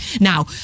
Now